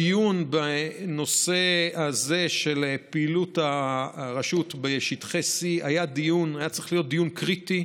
הדיון בנושא הזה של פעילות הרשות בשטחי C היה צריך להיות דיון קריטי,